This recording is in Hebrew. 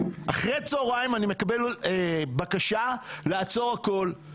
אחרי צוהריים אני מקבל בקשה לעצור הכול,